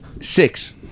six